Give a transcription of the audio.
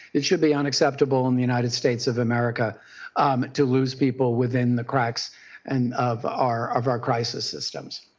it should be unacceptable in the united states of america to lose people within the cracks and of our of our crisis systems.